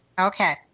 Okay